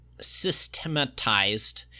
systematized